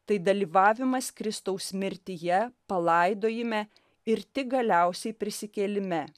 tai dalyvavimas kristaus mirtyje palaidojime ir tik galiausiai prisikėlime